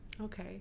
okay